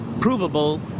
provable